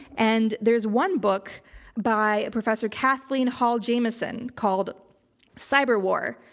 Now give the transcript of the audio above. and there's one book by a professor kathleen hall jamieson called cyber war,